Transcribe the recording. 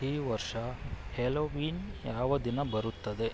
ಈ ವರ್ಷ ಹ್ಯಾಲೋವೀನ್ ಯಾವ ದಿನ ಬರುತ್ತದೆ